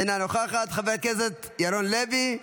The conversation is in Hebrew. אינה נוכחת, חבר הכנסת ירון לוי,